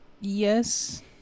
Yes